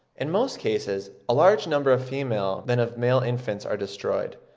in most cases a larger number of female than of male infants are destroyed,